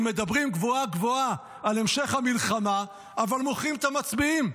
אם מדברים גבוהה-גבוהה על המשך המלחמה אבל מוכרים את המצביעים,